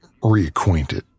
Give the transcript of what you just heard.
reacquainted